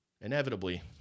inevitably